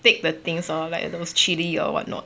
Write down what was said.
take the things lor like those chili or [what] not